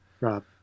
Rob